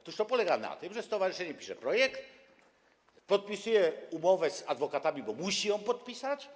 Otóż polega to na tym, że stowarzyszenie pisze projekt, podpisuje umowę z adwokatami, bo musi ją podpisać,